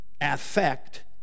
affect